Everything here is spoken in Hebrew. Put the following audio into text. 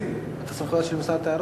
את הסמכויות של משרד התיירות?